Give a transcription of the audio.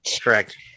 correct